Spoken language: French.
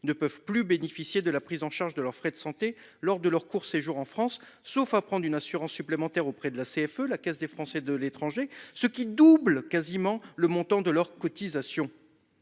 ne peuvent plus bénéficier de la prise en charge de leurs frais de santé lors de leur court séjour en France, sauf à prendre une assurance supplémentaire auprès de la CFE-, la caisse des Français de l'étranger, ce qui double quasiment le montant de leurs cotisations.